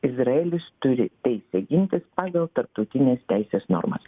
izraelis turi teisę gintis pagal tarptautinės teisės normas